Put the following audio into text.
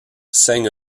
sang